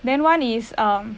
then [one] is um